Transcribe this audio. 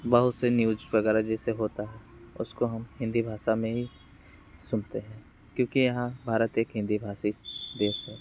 बहुत से न्यूज वगैरह जैसे होता है उसको हम हिंदी भाषा में ही सुनते हैं क्योंकि यहाँ भारत एक हिंदी भाषी देश है